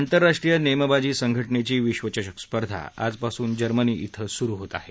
आंतरराष्ट्रीय नेमबाजी संघटनेची विश्वचषक स्पर्धा आजपासून जर्मनी इथं सुरु होत आहे